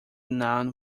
noun